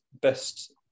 best